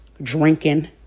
drinking